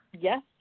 Yes